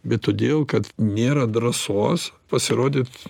bet todėl kad nėra drąsos pasirodyt